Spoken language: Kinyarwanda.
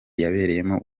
yabereyemo